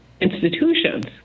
institutions